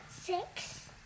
Six